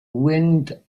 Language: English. wind